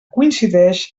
coincideix